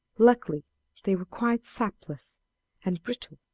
luckily they were quite sapless and brittle,